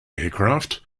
aircraft